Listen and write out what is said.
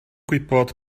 gwybod